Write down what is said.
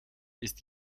ist